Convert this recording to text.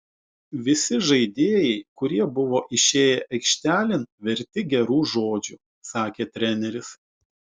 visi žaidėjai kurie buvo išėję aikštelėn verti gerų žodžių sakė treneris